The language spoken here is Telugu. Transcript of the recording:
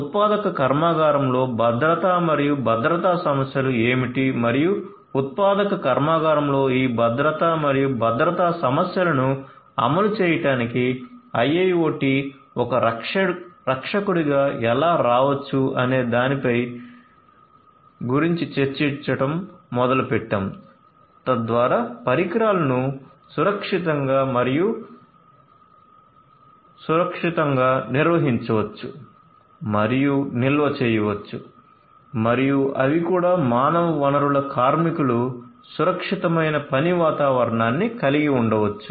ఉత్పాదక కర్మాగారంలో భద్రత మరియు భద్రతా సమస్యలు ఏమిటి మరియు ఉత్పాదక కర్మాగారంలో ఈ భద్రత మరియు భద్రతా సమస్యలను అమలు చేయడానికి IIoT ఒక రక్షకుడిగా ఎలా రావచ్చు అనే దాని గురించి చర్చించటం మొదలుపెట్టాము తద్వారా పరికరాలను సురక్షితంగా మరియు సురక్షితంగా నిర్వహించవచ్చు మరియు నిల్వ చేయవచ్చు మరియు అవి కూడా మానవ వనరులు కార్మికులు సురక్షితమైన పని వాతావరణాన్ని కలిగి ఉండవచ్చు